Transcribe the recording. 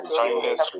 kindness